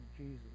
Jesus